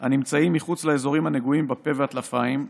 הנמצאים מחוץ לאזורים הנגועים בפה והטלפיים,